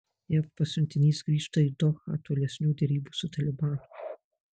jav pasiuntinys grįžta į dohą tolesnių derybų su talibanu